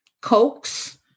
Cokes